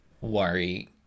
worry